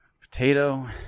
Potato